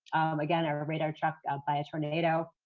again, our ah radar truck out by a tornado,